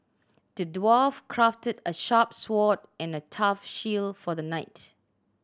the dwarf crafted a sharp sword and a tough shield for the knight